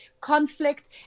conflict